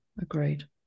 agreed